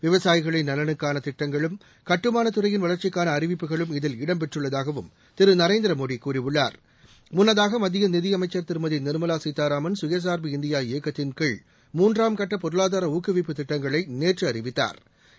விவசாயிகளின் நலனுக்கான திட்டங்களும் கட்டுமானத் துறையின் வளர்ச்சிக்கான அறிவிப்புகளும் இதில் இடம்பெற்றுள்ளதாகவும் முன்னதாக மத்திய நிதியமைச்சா் திருமதி நிாமலா சீதாராமன் சுயசாா்பு இந்தியா இயக்கத்தின் கீழ் மூன்றாம் கட்ட பொருளாதார ஊக்குவிப்பு திட்டங்களை நேற்று அறிவித்தாா்